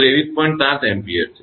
7 Ampere છે